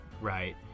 Right